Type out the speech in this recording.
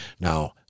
Now